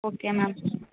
okay ma'am